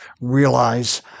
realize